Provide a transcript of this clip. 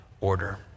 order